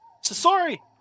Sorry